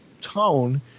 tone